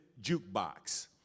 jukebox